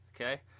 Okay